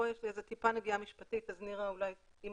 פה יש מעט נגיעה משפטית אז, נירה, אם